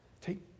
take